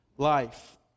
life